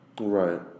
Right